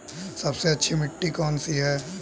सबसे अच्छी मिट्टी कौन सी है?